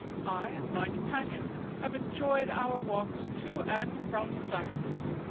i and my companions have enjoyed our walks to and from classes